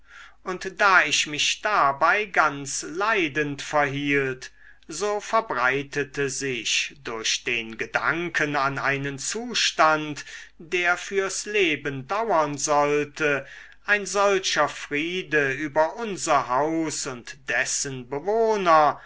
und da ich mich dabei ganz leidend verhielt so verbreitete sich durch den gedanken an einen zustand der fürs leben dauern sollte ein solcher friede über unser haus und dessen bewohner